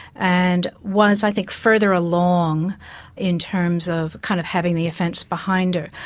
and was, i think, further along in terms of kind of having the offence behind her.